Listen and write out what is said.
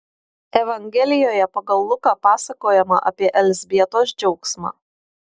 evangelijoje pagal luką pasakojama apie elzbietos džiaugsmą